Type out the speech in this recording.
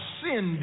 sin